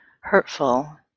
hurtful